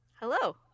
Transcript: hello